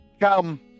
Come